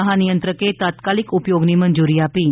મહાનિયંત્રકે તાત્કાલિક ઉપયોગની મંજૂરી આપી છે